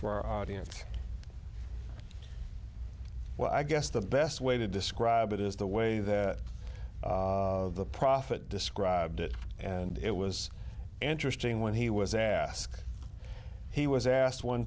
our audience well i guess the best way to describe it is the way that the prophet described it and it was interesting when he was asked he was asked one